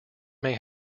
may